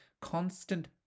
constant